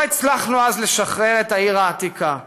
לא הצלחנו אז לשחרר את העיר העתיקה,